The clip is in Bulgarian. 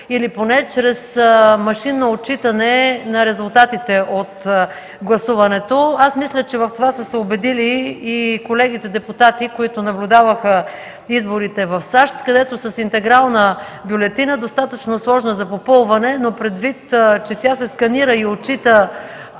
Мисля, че в това са се убедили и колегите депутати, които наблюдаваха изборите в САЩ, където с интегрална бюлетина, достатъчно сложна за попълване, но предвид, че тя се сканира и отчита